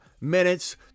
minutes